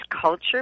culture